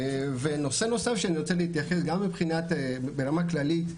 נושא נוסף שאני רוצה להתייחס, גם ברמה כללית.